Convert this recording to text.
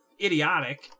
idiotic